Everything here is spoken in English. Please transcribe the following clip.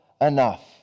enough